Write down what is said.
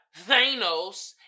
Thanos